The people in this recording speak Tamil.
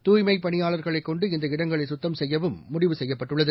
தூய்மைப் பணியாளர்களைக் கொண்டு இடங்களைசுத்தம் செய்யவும் இந்த முடிவு செய்யப்பட்டுள்ளது